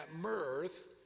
mirth